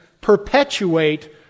perpetuate